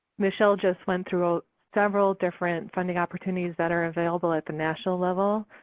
michelle just went through several different funding opportunities that are available at the national level.